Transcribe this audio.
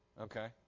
okay